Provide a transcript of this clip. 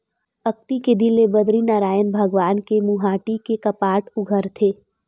अक्ती के दिन ले बदरीनरायन भगवान के मुहाटी के कपाट उघरथे